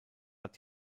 hat